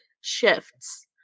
shifts